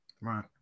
Right